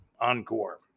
encore